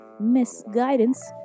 misguidance